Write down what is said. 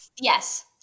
Yes